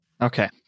Okay